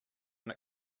when